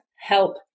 help